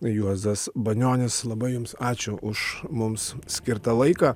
juozas banionis labai jums ačiū už mums skirtą laiką